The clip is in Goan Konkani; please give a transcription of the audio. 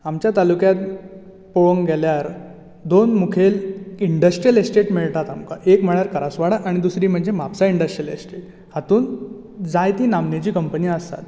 आमच्या तालुक्यांत पळोवंक गेल्यार दोन मुखेल इंडस्ट्रीयल इस्टेट मेळटात आमकां एक म्हळ्यार करासवाडाक आनी दुसरी म्हणजे म्हापसा इंडस्ट्रीयल इस्टेट हातून जायती नामनेची कंपनी आसात